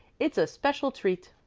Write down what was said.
it's a special treat.